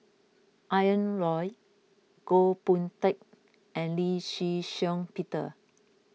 Ian Loy Goh Boon Teck and Lee Shih Shiong Peter